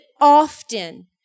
often